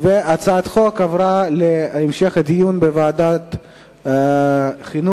הצעת החוק הועברה להמשך דיון בוועדת החינוך,